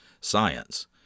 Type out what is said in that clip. science